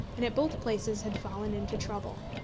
and at both places had fallen into trouble.